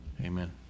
amen